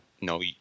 no